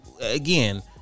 again